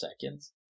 seconds